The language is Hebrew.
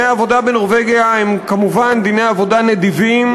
העבודה בנורבגיה הם כמובן דיני עבודה נדיבים.